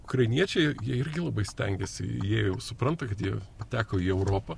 ukrainiečiai jie irgi labai stengiasi jie jau supranta kad jie pateko į europą